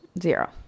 zero